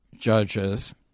Judges